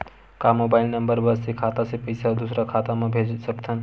का mobile number बस से खाता से पईसा दूसरा मा भेज सकथन?